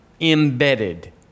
embedded